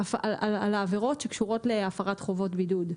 על העבירות שקשורות להפרת חובות בידוד,